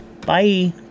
Bye